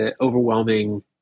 overwhelming